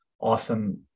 awesome